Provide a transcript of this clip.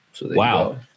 Wow